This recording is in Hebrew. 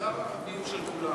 המגזר הערבי הוא של כולם.